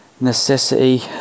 necessity